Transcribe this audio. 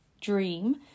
dream